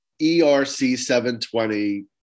ERC-720